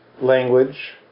language